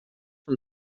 from